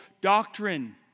doctrine